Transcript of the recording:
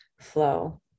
flow